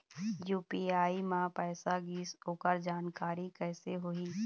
UPI म पैसा गिस ओकर जानकारी कइसे होही?